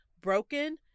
broken